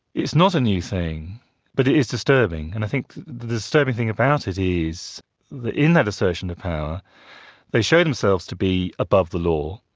is not a new thing but it is disturbing, and i think the disturbing thing about it is that in that assertion of power they show themselves to be above the law,